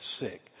sick